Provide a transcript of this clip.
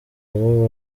abo